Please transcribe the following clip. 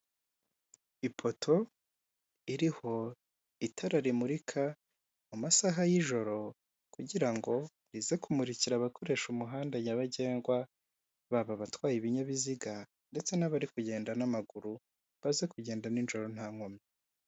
Ipoto iriho itara rimurika mu masaha y'ijoro kugira ngo rize kumurikira abakoresha umuhanda nyabagendwa, baba abatwaye ibinyabiziga ndetse n'abari kugenda n'amaguru baze kugenda n'ijoro ntankomyi.